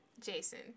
Jason